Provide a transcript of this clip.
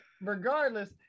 regardless